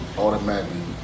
automatically